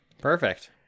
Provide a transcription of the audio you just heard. Perfect